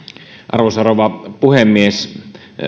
arvoisa rouva puhemies